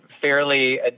fairly